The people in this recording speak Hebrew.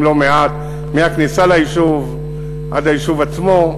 לא מעט מהכניסה ליישוב עד היישוב עצמו,